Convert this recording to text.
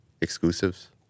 exclusives